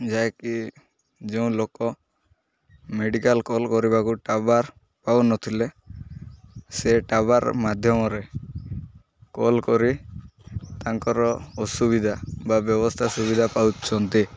ଯାହାକି ଯେଉଁ ଲୋକ ମେଡ଼ିକାଲ କଲ୍ କରିବାକୁ ଟାୱାର୍ ପାଉନଥିଲେ ସେ ଟାୱାର୍ ମାଧ୍ୟମରେ କଲ୍ କରି ତାଙ୍କର ଅସୁବିଧା ବା ବ୍ୟବସ୍ଥା ସୁବିଧା ପାଉଛନ୍ତି